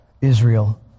Israel